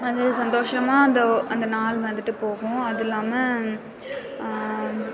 அதே சந்தோஷமாக அந்த அந்த நாள் வந்துட்டு போகும் அதில்லாம